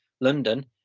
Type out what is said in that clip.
London